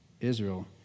Israel